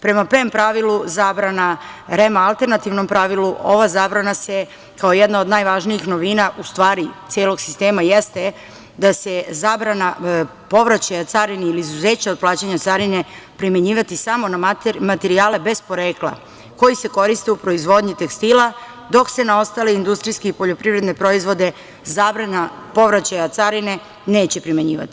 Prema PEM pravilu zabrana REM-a alternativnom pravilu ova zabrana se, kao jedna od najvažnijih novina, u stvari, celog sistema jeste da se zabrana povraćaja carini ili izuzeća od plaćanja carine primenjivati samo na materijale bez porekla koji se koriste u proizvodnji tekstila dok se na ostale industrijske i poljoprivredne proizvode zabrana povraćaja carine neće primenjivati.